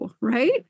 Right